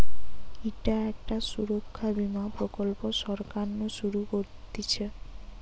ইটা একটা সুরক্ষা বীমা প্রকল্প সরকার নু শুরু করতিছে